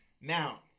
Now